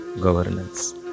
governance